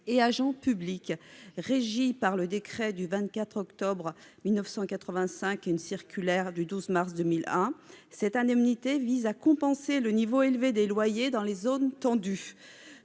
et agents publics. Régie par le décret du 24 octobre 1985 et une circulaire du 12 mars 2001, cette indemnité vise à compenser le niveau élevé des loyers dans les zones tendues.